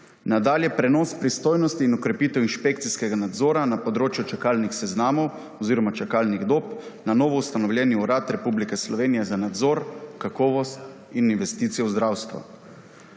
nadalje, prenos pristojnosti in okrepitev inšpekcijskega nadzora na področju čakalnih seznamov oziroma čakalnih dob na novoustanovljeni Urad Republike Slovenije za nadzor, kakovost in investicije v zdravstvu.